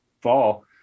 fall